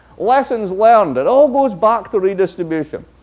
lessons learned. it all goes back to redistribution.